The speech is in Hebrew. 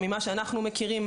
ממה שאנחנו מכירים,